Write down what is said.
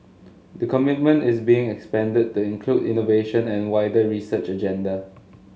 the commitment is being expanded to include innovation and wider research agenda